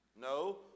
No